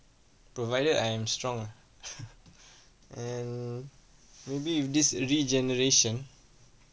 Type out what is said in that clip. provided I am strong ah and maybe with this regeneration